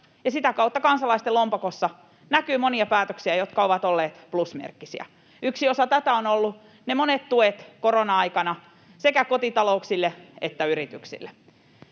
sitä kautta kansalaisten lompakossa näkyy monia päätöksiä, jotka ovat olleet plusmerkkisiä. Yksi osa tätä ovat olleet korona-aikana ne monet tuet sekä kotitalouksille että yrityksille.